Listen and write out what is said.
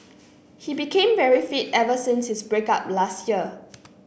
he became very fit ever since his break up last year